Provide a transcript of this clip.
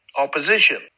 opposition